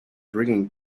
bringing